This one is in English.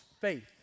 faith